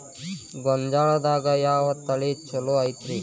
ಗೊಂಜಾಳದಾಗ ಯಾವ ತಳಿ ಛಲೋ ಐತ್ರಿ?